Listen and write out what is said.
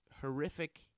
horrific